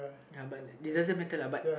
ya but it doesn't matter lah but